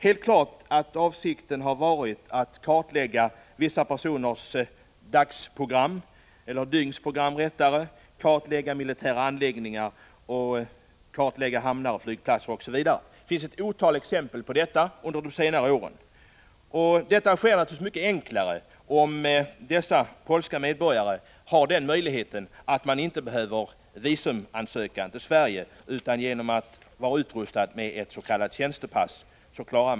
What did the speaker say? Helt klart har avsikten varit att kartlägga vissa personers dagsprogram eller rättare sagt dygnsprogram, kartlägga militära anläggningar, hamnar, flygplatser osv. Det finns ett otal exempel på detta under senare år. Denna verksamhet sker naturligtvis mycket enklare om dessa polska medborgare inte behöver visum för att resa till Sverige, utan kan klara det hela genom att vara utrustade med tjänstepass.